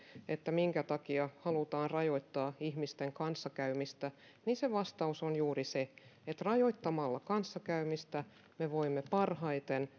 minkä takia halutaan rajoittaa ihmisten kanssakäymistä se vastaus on juuri se että rajoittamalla kanssakäymistä me voimme parhaiten